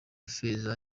feza